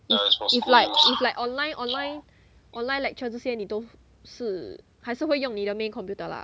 if if like if like online online online lecture 这些你都是还是会用你的 main computer lah